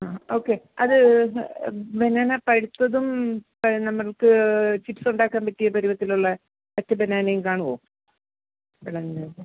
ആ ഓക്കെ അത് ബനാന പഴുത്തതും അത് നമുക്ക് ചിപ്സ് ഉണ്ടാക്കാൻ പറ്റിയ പരുവത്തിലുള്ള മറ്റ് ബനാനയും കാണുമോ വിളഞ്ഞത്